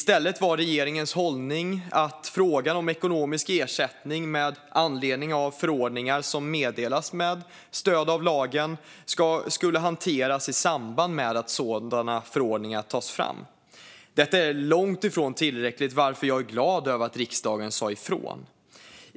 I stället var regeringens hållning att frågan om ekonomisk ersättning med anledning av förordningar som meddelas med stöd av lagen skulle hanteras i samband med att sådana förordningar tas fram. Detta är långt ifrån tillräckligt, varför jag är glad över att riksdagen sa ifrån.